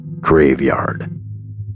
graveyard